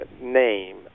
name